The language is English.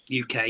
uk